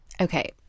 Okay